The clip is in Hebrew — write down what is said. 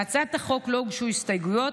להצעת החוק לא הוגשו הסתייגויות,